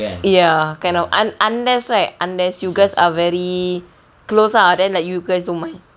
ya unless right unless you guys are very close ah then you guys don't mind